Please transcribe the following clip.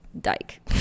Dyke